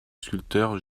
sculpteur